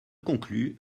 conclus